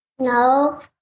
No